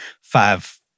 five